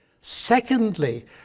Secondly